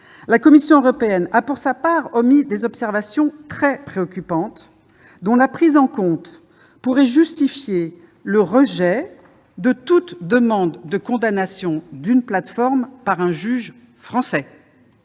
La Commission européenne a pour sa part émis des observations très préoccupantes, dont la prise en compte pourrait justifier le rejet de toute demande de condamnation d'une plateforme par un juge français.